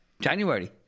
January